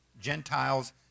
Gentiles